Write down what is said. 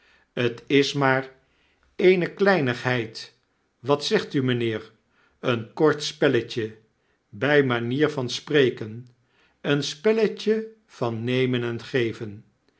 t is maar eene kleinigheid wat zegt u mynheer een kort spelletje by manier van spreken een spelletje van nemen en geven